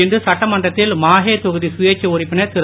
இன்று சட்டமன்றத்தில் மாஹே தொகுதி சுயேட்சை உறுப்பினர் திரு